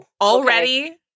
Already